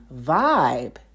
vibe